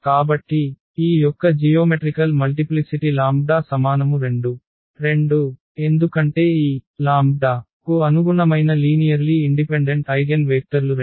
కాబట్టి ఈ యొక్క జియోమెట్రికల్ మల్టిప్లిసిటి λ 2 2 ఎందుకంటే ఈ λ కు అనుగుణమైన లీనియర్లీ ఇండిపెండెంట్ ఐగెన్వేక్టర్లు 2